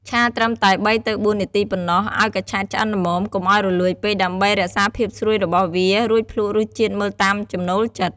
ឆាត្រឹមតែ ៣ទៅ៤ នាទីប៉ុណ្ណោះ ឲ្យកញ្ឆែតឆ្អិនល្មម កុំឲ្យរលួយពេក ដើម្បីរក្សាភាពស្រួយរបស់វា រួចភ្លក់រសជាតិមើលតាមចំណូលចិត្ត។